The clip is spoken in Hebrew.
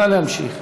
נא להמשיך.